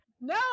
No